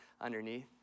underneath